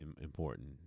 important